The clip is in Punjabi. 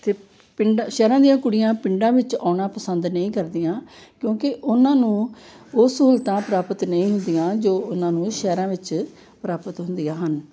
ਅਤੇ ਪਿੰਡ ਸ਼ਹਿਰਾਂ ਦੀਆਂ ਕੁੜੀਆਂ ਪਿੰਡਾਂ ਵਿੱਚ ਆਉਣਾ ਪਸੰਦ ਨਹੀਂ ਕਰਦੀਆਂ ਕਿਉਂਕਿ ਉਹਨਾਂ ਨੂੰ ਉਹ ਸਹੂਲਤਾਂ ਪ੍ਰਾਪਤ ਨਹੀਂ ਹੁੰਦੀਆਂ ਜੋ ਉਹਨਾਂ ਨੂੰ ਸ਼ਹਿਰਾਂ ਵਿੱਚ ਪ੍ਰਾਪਤ ਹੁੰਦੀਆਂ ਹਨ